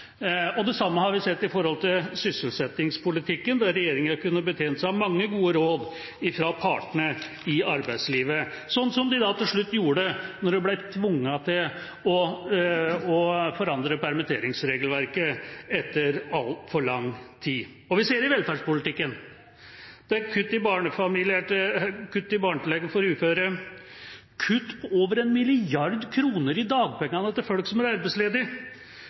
Det samme har vi sett i sysselsettingspolitikken, der regjeringa kunne betjent seg av mange gode råd fra partene i arbeidslivet, slik som de til slutt gjorde, da de ble tvunget til å forandre permitteringsregelverket etter altfor lang tid. Og vi ser det i velferdspolitikken. Det er kutt i barnetillegget for uføre, kutt på over 1 mrd. kr i dagpengene til folk som blir arbeidsledige. Det er